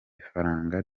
ifaranga